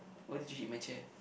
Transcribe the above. why did you hit my chair